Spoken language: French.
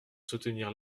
soutenir